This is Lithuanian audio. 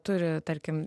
turi tarkim